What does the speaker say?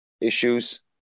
issues